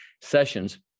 sessions